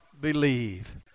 believe